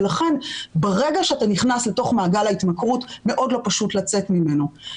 ולכן ברגע שאתה נכנס לתוך מעגל ההתמכרות מאוד לא פשוט לצאת ממנו.